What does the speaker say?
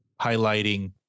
highlighting